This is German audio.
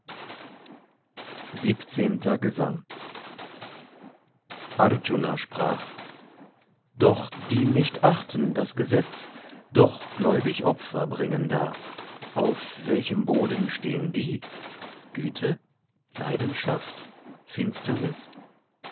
siebzehnter gesang arjuna sprach doch die nicht achten das gesetz doch gläubig opfer bringen dar auf welchem boden stehen die güte leidenschaft finsternis